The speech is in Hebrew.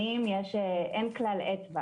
אין כלל אצבע